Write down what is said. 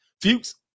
Fuchs